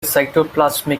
cytoplasmic